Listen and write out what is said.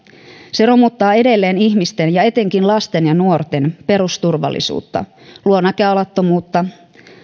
se romuttaa edelleen ihmisten ja etenkin lasten ja nuorten perusturvallisuutta luo näköalattomuutta